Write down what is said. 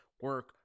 Work